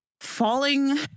falling